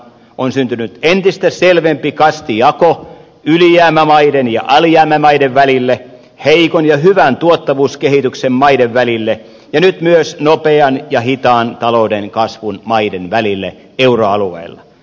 on syntynyt entistä selvempi kastijako ylijäämämaiden ja alijäämämaiden välille heikon ja hyvän tuottavuuskehityksen maiden välille ja nyt myös nopean ja hitaan talouden kasvun maiden välille euroalueella